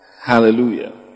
hallelujah